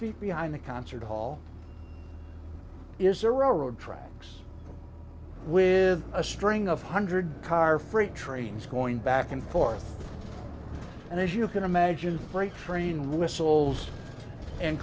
feet behind a concert hall is a road tracks with a string of hundred car freight trains going back and forth and as you can imagine freight train whistles and